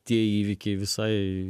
tie įvykiai visai